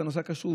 את נושא הכשרות.